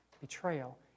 betrayal